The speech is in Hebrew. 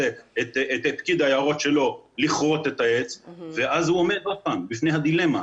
את פקיד היערות שלו לכרות את העץ ואז הוא עומד שוב בפני הדילמה,